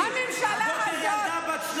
הממשלה הזאת,